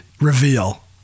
reveal